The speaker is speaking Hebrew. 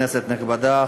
כנסת נכבדה,